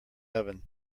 oven